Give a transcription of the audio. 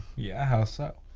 yeah how so?